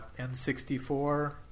N64